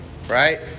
Right